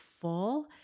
full